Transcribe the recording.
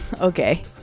Okay